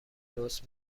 درست